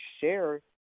share